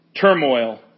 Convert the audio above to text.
Turmoil